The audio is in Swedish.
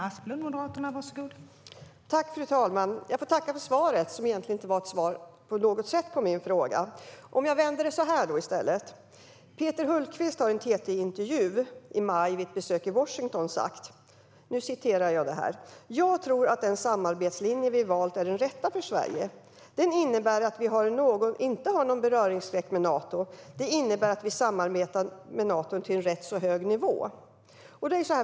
Fru talman! Jag får tacka för svaret, som egentligen inte var något svar på min fråga. Låt mig vända på det i stället. Peter Hultqvist har i en TT-intervju vid ett besök i Washington i maj sagt: "Jag tror att den samarbetslinje vi valt är den rätta för Sverige. Den innebär inte att vi har någon beröringsskräck med Nato. Det innebär att vi samarbetar med Nato till en rätt så hög nivå."